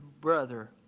brother